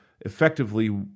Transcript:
effectively